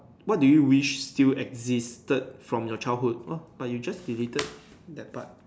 what do you wish still existed from your childhood oh but you just deleted that part